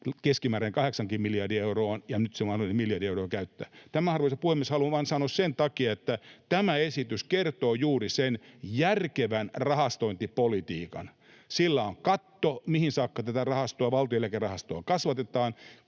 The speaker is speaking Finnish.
keskimääräinen 8 miljardiakin euroa on, ja nyt on se mahdollinen miljardi euroa käyttää. Tämän, arvoisa puhemies, haluan vain sanoa sen takia, että tämä esitys kertoo juuri sen järkevän rahastointipolitiikan: Sillä on katto, mihin saakka tätä Valtion Eläkerahastoa kasvatetaan.